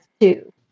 two